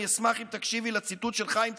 אני אשמח אם תקשיבי לציטוט של חיים צדוק,